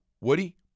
Woody